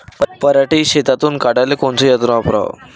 पराटी शेतातुन काढाले कोनचं यंत्र वापराव?